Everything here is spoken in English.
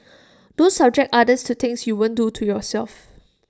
don't subject others to things you won't do to yourself